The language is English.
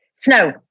snow